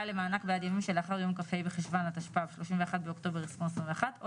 למענק בעד ימים שלאחר יום כ"ה בחשון התשפ"ב 31 באוקטובר 2021 או